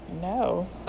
no